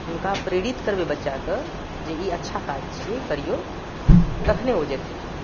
हुनका प्रेरित करबै बच्चाकेँ जे ई अच्छा काज छियै करियौ तखने ओ जेथिन